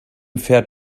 pferd